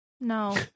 No